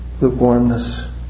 lukewarmness